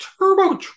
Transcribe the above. Turbo